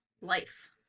life